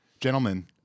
Gentlemen